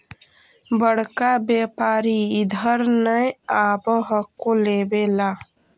बड़का व्यापारि इधर नय आब हको लेबे ला?